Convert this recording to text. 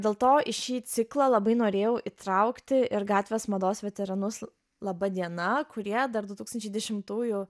dėl to į šį ciklą labai norėjau įtraukti ir gatvės mados veteranus laba diena kurie dar du tūkstančiai dešimtųjų